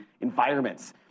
environments